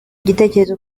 igitekerezo